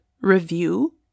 review